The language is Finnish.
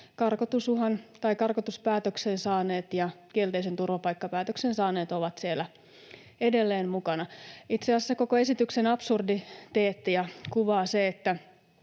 karkotuspäätöksen saaneet ja kielteisen turvapaikkapäätöksen saaneet ovat siellä edelleen mukana. Itse asiassa koko esityksen absurditeettia kuvaa se,